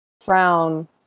frown